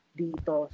dito